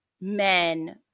men